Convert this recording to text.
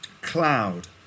Cloud